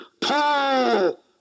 Paul